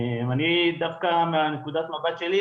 אני דווקא מנקודת המבט שלי,